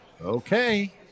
Okay